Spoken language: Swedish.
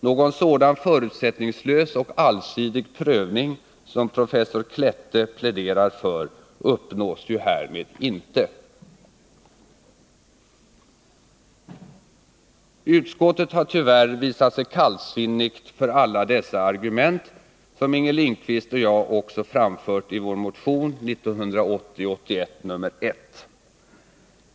Någon sådan förutsättningslös och allsidig prövning som professor Klette pläderar för uppnås härmed inte. Utskottet har tyvärr visat sig kallsinnigt för alla dessa argument, som Inger Lindquist och jag också framfört i vår motion 1980/81:1.